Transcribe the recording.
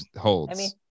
holds